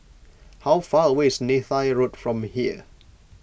how far away is Neythai Road from here